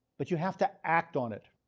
but you have to act on it.